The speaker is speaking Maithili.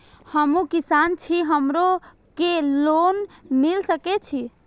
हमू किसान छी हमरो के लोन मिल सके छे?